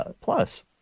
Plus